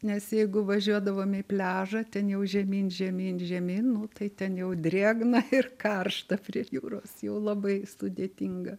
nes jeigu važiuodavom į pliažą ten jau žemyn žemyn žemyn nu tai ten jau drėgna ir karšta prie jūros jau labai sudėtinga